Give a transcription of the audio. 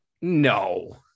No